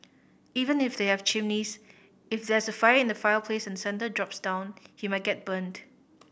even if they have chimneys if there's a fire in the fireplace and Santa drops down he might get burnt